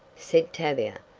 said tavia,